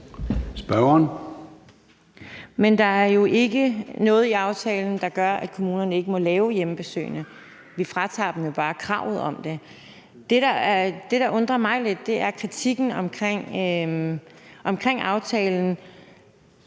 Men der er jo ikke noget i aftalen, der gør, at kommunerne ikke må lave hjemmebesøgene. Vi fratager dem bare kravet om det. Det, der undrer mig lidt, er kritikken af aftalen,